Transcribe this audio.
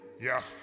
Yes